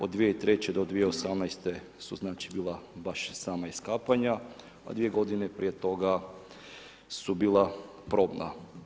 Od 2003. do 2018. su znači bila baš sama iskapanja, a dvije godine prije toga su bila probna.